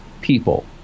people